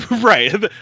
Right